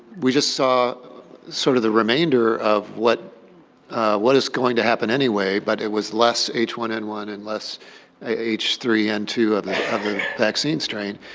we just saw sort of the remainder of what what is going to happen anyway, but it was less h one n one and less h three n two of of the vaccine strain,